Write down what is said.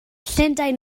llundain